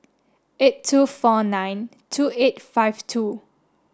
eight two four nine two eight five two